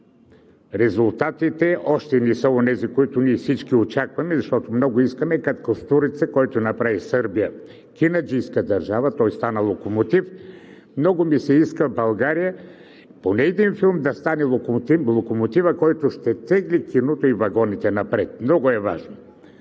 резултатите още не са онези, които ние всички очакваме – много искаме като Костурица, който направи Сърбия кинаджийска държава. Той стана локомотив. Много ми се иска в България поне един филм да стане локомотивът, който ще тегли киното и вагоните напред. Много е важно!